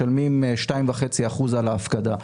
משלמים 2.5% על ההפקדה.